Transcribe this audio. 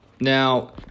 Now